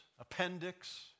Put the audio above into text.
appendix